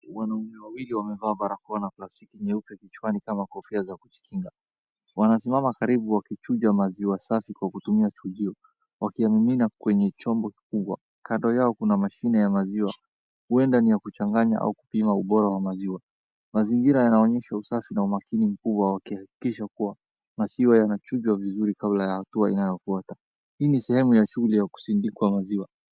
Wanaume wawili wamevaa barakoa na plastiki nyeupe kichwani kama kofia za kujikinga. Wanasimama karibu wakichuja maziwa safi kwa kutumia chujio, wakiyamimina kwenye chombo kikubwa. Kando yao kuna mashine ya maziwa. Huenda ni ya kuchanganya au kupima ubora wa maziwa. Mazingira yanaonyesha usafi na umakini mkubwa wakihakikisha kuwa maziwa yanachujwa vizuri kabla ya hatua inayofuata. Hii ni sehemu ya shughuli za kusindikwa maziwa.